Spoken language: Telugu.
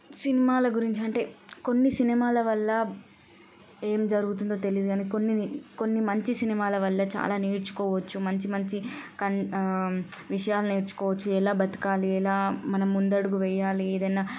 సినిమాల గురించి అంటే కొన్ని సినిమాల వల్ల ఏం జరుగుతుందో తెలియదు కానీ కొన్ని కొన్ని మంచి సినిమాల వల్ల చాలా నేర్చుకోవచ్చు మంచి మంచి విషయాలు నేర్చుకోవచ్చు ఎలా బతకాలి ఎలా మనం ముందడుగు వెయ్యాలి ఏదన్నా